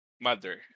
Mother